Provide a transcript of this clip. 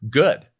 good